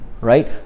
Right